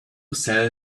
sell